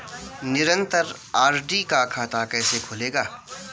निरन्तर आर.डी का खाता कैसे खुलेगा?